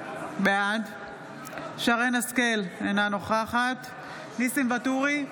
בעד שרן מרים השכל, אינה נוכחת ניסים ואטורי,